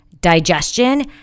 digestion